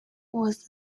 was